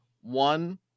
One